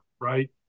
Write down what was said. right